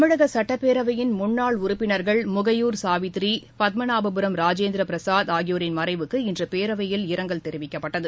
தமிழக சட்டப்பேரவையின் முன்னாள் உறுப்பினர்கள் முகையூர் சாவித்ரி பத்மநாபபுரம் ராஜேந்திர பிரசாத் ஆகியோரின் மறைவுக்கு இன்று பேரவையில் இரங்கல் தெரிவிக்கப்பட்டது